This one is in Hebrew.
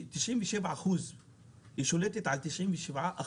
היא שולטת על 97%,